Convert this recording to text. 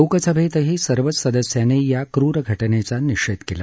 लोकसभेतही सर्वच सदस्यांनी या क्रूर घटनेचा निषेध केला